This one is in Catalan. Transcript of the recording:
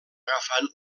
agafant